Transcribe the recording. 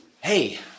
Hey